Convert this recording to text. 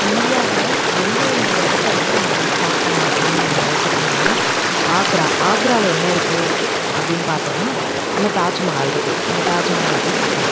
இந்தியாவில் எந்த எந்த இடத்த வந்து நம்ம வந்து பார்க்கலாம் அப்படின்னு நீங்கள் எடுத்துக்கிட்டிங்கன்னால் ஆக்ரா ஆக்ராவில் என்ன இருக்குது அப்படின்னு பார்த்தோன்னா நம்ம தாஜ்மஹால் இருக்குது நம்ம தாஜ்மஹாலை போய் பார்க்கலாம்